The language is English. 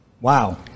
wow